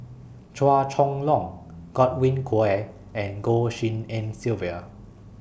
Chua Chong Long Godwin Koay and Goh Tshin En Sylvia